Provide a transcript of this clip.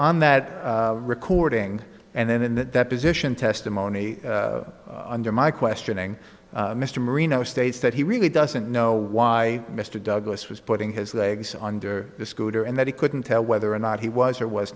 on that recording and then in that position testimony under my questioning mr marino states that he really doesn't know why mr douglas was putting his legs under the scooter and that he couldn't tell whether or not he was or was